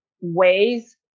ways